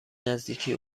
نزدیکی